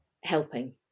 helping